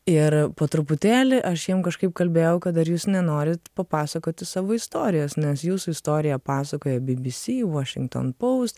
ir po truputėlį aš jiem kažkaip kalbėjau kad ar jūs nenorit papasakoti savo istorijos nes jūsų istorija pasakoja bbc washington post